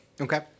Okay